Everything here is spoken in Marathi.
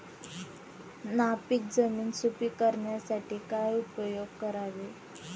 नापीक जमीन सुपीक करण्यासाठी काय उपयोग करावे?